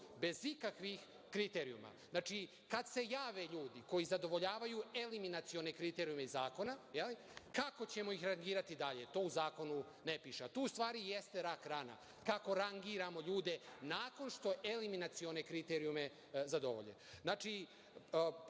bez ikakvih kriterijuma. Znači, kad se jave ljudi koji zadovoljavaju eliminacione kriterijume iz zakona kako ćemo ih rangirati dalje – to u zakonu ne piše. To, u stvari, jeste rak-rana, kako rangiramo ljude nakon što eliminacione kriterijume zadovolje.